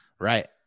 Right